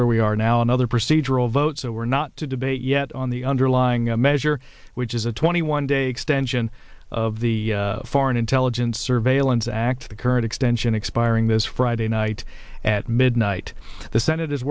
where we are now another procedural vote so we're not to debate yet on the underlying a measure which is a twenty one day extension of the foreign intelligence surveillance act the current extension expiring this friday night at midnight the senate is